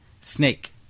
snake